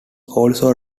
also